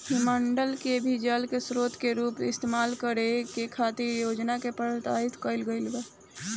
हिमखंड के भी जल के स्रोत के रूप इस्तेमाल करे खातिर योजना के प्रस्तावित कईल गईल बा